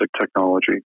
technology